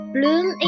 Bloom